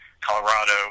Colorado